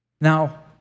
Now